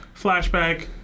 flashback